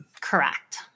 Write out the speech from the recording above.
Correct